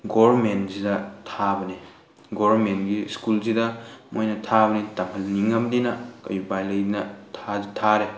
ꯒꯣꯔꯃꯦꯟꯁꯤꯗ ꯊꯥꯕꯅꯤ ꯒꯣꯔꯃꯦꯟꯒꯤ ꯁ꯭ꯀꯨꯜꯁꯤꯗ ꯃꯣꯏꯅ ꯊꯥꯕꯅꯤ ꯇꯝꯍꯟꯅꯤꯡꯉꯃꯤꯅ ꯀꯔꯤ ꯎꯄꯥꯏ ꯂꯩ ꯊꯥꯔꯦ